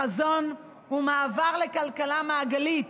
החזון הוא מעבר לכלכלה מעגלית.